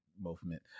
movement